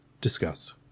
Discuss